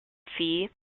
fee